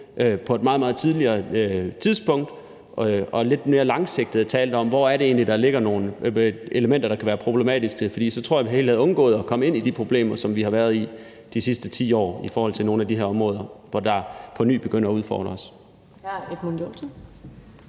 meget, meget tidligere tidspunkt og lidt mere langsigtet talte om, hvor det egentlig er, der ligger nogle elementer, der kan være problematiske. For så tror jeg, at vi helt havde undgået at komme ind i de problemer, som vi har været i de sidste 10 år i forhold til nogle af de her områder, hvor det på ny begynder at udfordre os.